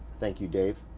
thank you dave.